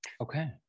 okay